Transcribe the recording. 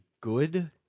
good